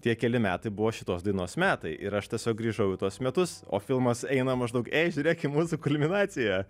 tie keli metai buvo šitos dainos metai ir aš tiesiog grįžau į tuos metus o filmas eina maždaug ei žiūrėk į mūsų kulminaciją